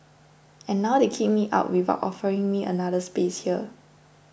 and now they kick me out without offering me another space here